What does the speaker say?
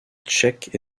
tchèques